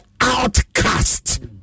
outcast